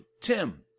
Tim